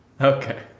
Okay